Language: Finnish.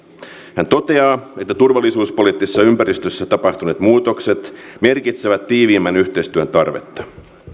hän toteaa että turvallisuuspoliittisessa ympäristössä tapahtuneet muutokset merkitsevät tiiviimmän yhteistyön tarvetta